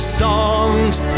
songs